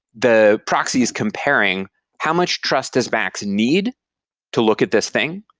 the proxy is comparing how much trust does max need to look at this thing?